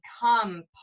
become